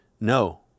no